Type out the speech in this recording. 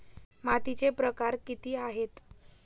मातीचे प्रकार किती आहेत?